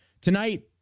Tonight